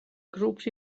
grups